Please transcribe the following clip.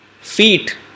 feet